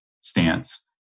stance